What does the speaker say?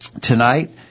tonight